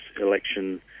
election